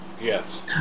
Yes